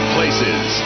Places